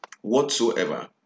whatsoever